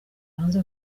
hanze